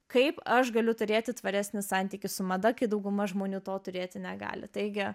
kaip aš galiu turėti tvaresnį santykį su mada kai dauguma žmonių to turėti negali taigi